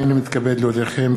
הנני מתכבד להודיעכם,